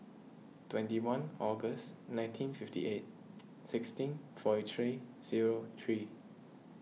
twenty one August nineteen fifty eight sixty forty three zero three